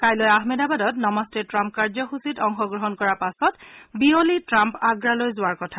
কাইলৈ আহমদাবাদত নমস্তে ট্ৰাম্প কাৰ্যসূচীক অংশগ্ৰহণ কৰাৰ পাছত বিয়লি ট্ৰাম্প আগ্ৰালৈ যোৱাৰ কথা